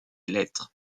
lettres